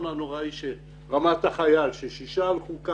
הנושא הנוראי ברמת החייל ששישה פועלים נספו?